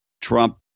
Trump